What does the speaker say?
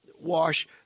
wash